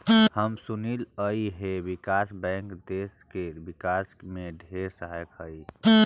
हम सुनलिअई हे विकास बैंक देस के विकास में ढेर सहायक हई